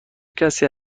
کسی